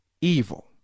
evil